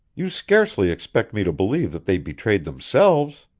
you scarcely expect me to believe that they betrayed themselves.